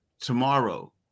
Tomorrow